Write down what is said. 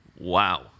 Wow